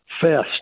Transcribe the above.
fest